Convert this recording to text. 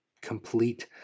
complete